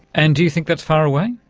and do you think that's far away?